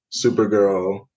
supergirl